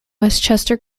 westchester